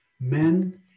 men